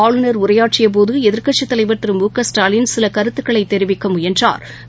ஆளுநர் உரையாற்றியபோதுஎதிர்க்கட்சித் தலைவர் திரு மு க ஸ்டாலின் சிலகருத்துக்களைதெரிவிக்கமுயன்றா்